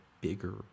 bigger